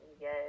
Yes